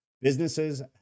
businesses